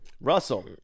Russell